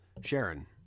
Sharon